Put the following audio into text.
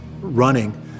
running